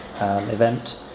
event